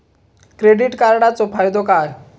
Credit कार्डाचो फायदो काय?